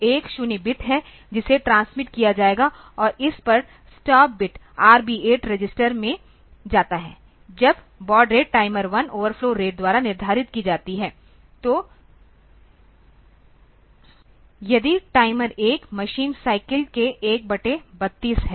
तो यह 10 बिट है जिसे ट्रांसमिट किया जाएगा और इस पर स्टॉप बिट RB8 रजिस्टर में जाता है जब baud rate timer 1 overflow rate द्वारा निर्धारित की जाती है तो यदि टाइमर 1 मशीन साइकिल के 1 बटे 32 है